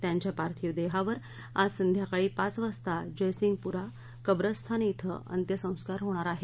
त्यांच्या पार्थिव देहावर आज संध्याकाळी पाच वाजता जयसिंगपुरा कब्रस्थान श्व अंत्यसंस्कार होणार आहेत